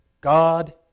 God